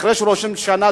אחרי שראש הממשלה,